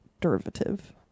derivative